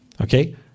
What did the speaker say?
Okay